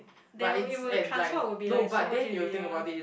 there would it would transport would be like so much easier